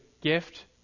gift